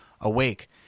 awake